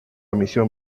misión